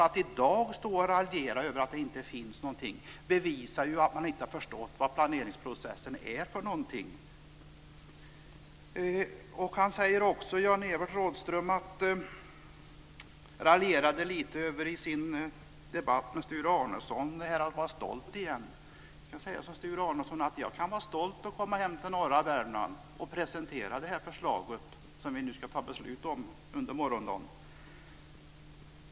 Att i dag stå och raljera över att det inte finns någonting bevisar att man inte har förstått vad planeringsprocessen är. Jan-Evert Rådhström raljerade också i sin debatt med Sture Arnesson över detta med att vara stolt. Jag kan säga som Sture Arnesson: Jag kan vara stolt över att komma hem till norra Värmland och presentera det här förslaget, som vi nu ska ta beslut om under morgondagen.